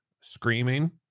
screaming